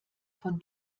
von